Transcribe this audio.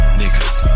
niggas